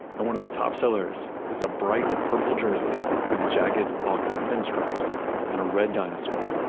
and one of the top sellers is a bright purple jersey with the jagged claw-cut pinstripes and a red dinosaur,